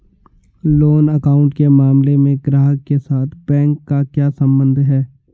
Loan account के मामले में ग्राहक के साथ बैंक का क्या संबंध है?